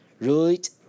Right